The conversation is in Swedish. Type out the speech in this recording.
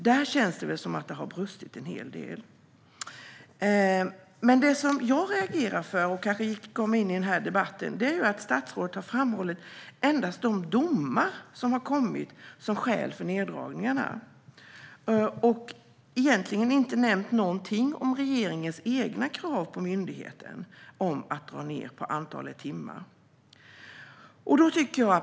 Där känns det som det har brustit en hel del. Det som jag reagerar på och kanske varför jag kom in i debatten är att statsrådet endast har framhållit de domar som har kommit som skäl för neddragningarna. Hon har egentligen inte nämnt någonting om regeringens egna krav på myndigheten att dra ned på antalet timmar.